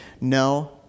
no